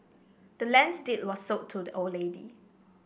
the land's deed was sold to the old lady